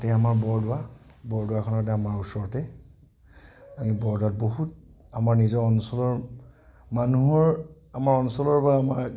তাতে আমাৰ বৰদোৱা বৰদোৱাখনতে আমাৰ ওচৰতে আমি বৰদোৱা বহুত আমাৰ নিজৰ অঞ্চলৰ মানুহৰ আমাৰ অঞ্চলৰ বা আমাৰ